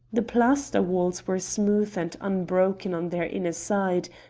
the plaster walls were smooth and unbroken on their inner side,